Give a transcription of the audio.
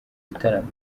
gitaramo